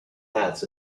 hats